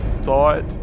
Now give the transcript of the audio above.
thought